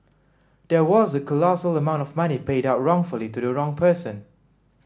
there was a colossal amount of money paid out wrongfully to the wrong person